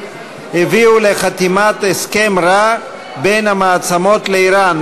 הביאו לחתימת הסכם רע בין המעצמות לאיראן,